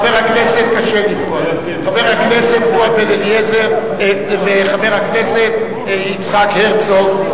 חבר הכנסת פואד בן-אליעזר וחבר הכנסת יצחק הרצוג.